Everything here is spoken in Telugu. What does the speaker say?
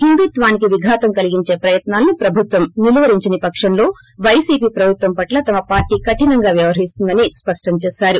హిందుత్వానికో విఘాతం కలిగించే ప్రయత్నాలను ప్రభుత్వం నిలువరించని పక్షంలో వైసీపీ ప్రభుత్వం పట్ల తమ పార్వీ కఠినంగొ వ్యవహరిస్తుందని స్పష్టం చేశారు